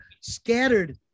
scattered